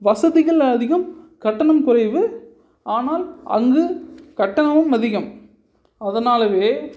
வசதிகள் அதிகம் கட்டணம் குறைவு ஆனால் அங்கு கட்டணமும் அதிகம் அதனாலவே